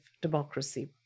democracy